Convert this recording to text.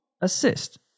assist